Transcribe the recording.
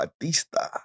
Batista